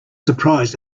surprised